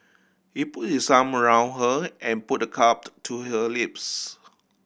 he put his arm around her and put the cupped to her lips